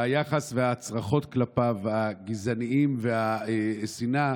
היחס והצרחות הגזעניים כלפיו, השנאה,